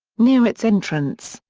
near its entrance,